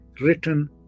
written